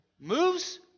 moves